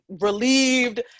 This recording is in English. relieved